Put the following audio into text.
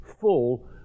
full